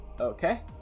Okay